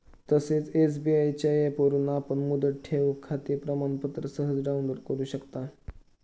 तसेच एस.बी.आय च्या ऍपवरून आपण मुदत ठेवखाते प्रमाणपत्र सहज डाउनलोड करु शकता